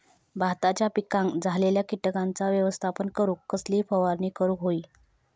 भाताच्या पिकांक झालेल्या किटकांचा व्यवस्थापन करूक कसली फवारणी करूक होई?